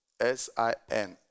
S-I-N